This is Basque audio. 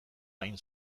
hain